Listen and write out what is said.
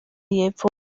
y’epfo